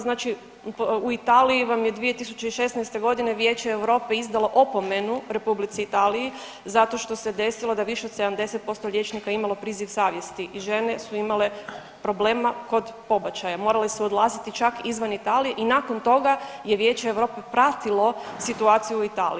Znači u Italiji vam je 2016. godine Vijeće Europe izdalo opomenu Republici Italiji zato što se desilo da više od 70% liječnika imalo priziv savjesti i žene su imale problema kod pobačaja, morale su izlaziti čak izvan Italije i nakon toga je Vijeće Europe pratilo situaciju u Italiji.